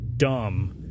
dumb